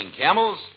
camels